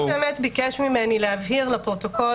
יושב הראש ביקש ממני להבהיר לפרוטוקול